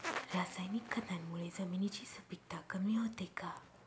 रासायनिक खतांमुळे जमिनीची सुपिकता कमी होते का?